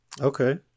Okay